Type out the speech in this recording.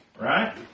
Right